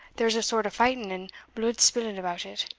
there was a sort of fighting and blude-spilling about it,